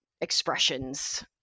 expressions